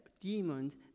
demons